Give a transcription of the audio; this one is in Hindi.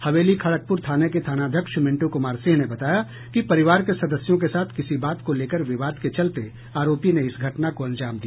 हवेली खड़गपुर थाने के थानाध्यक्ष मिंटू कुमार सिंह ने बताया कि परिवार के सदस्यों के साथ किसी बात को लेकर विवाद के चलते आरोपी ने इस घटना को अंजाम दिया